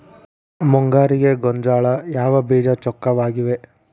ಮುಂಗಾರಿಗೆ ಗೋಂಜಾಳ ಯಾವ ಬೇಜ ಚೊಕ್ಕವಾಗಿವೆ?